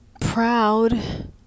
proud